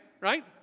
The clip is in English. right